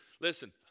listen